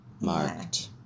marked